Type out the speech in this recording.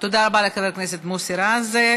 תודה רבה לחבר הכנסת מוסי רז.